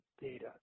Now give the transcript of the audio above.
data